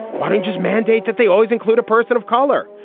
why didn't just mandate that they always include a person of color?